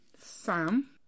Sam